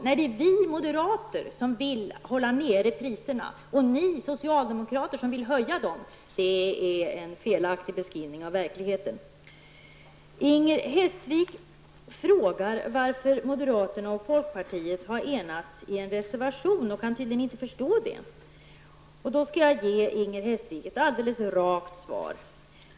Men det är ju vi som vill hålla nere priserna och ni socialdemokrater som vill höja dem. Inger Hestvik gör en felaktig beskrivning av verkligheten. Inger Hestvik frågar vidare varför moderaterna och folkpartiet har enats i en reservation, något som hon tydligen inte kan förstå. Jag skall ge henne ett alldeles rakt besked.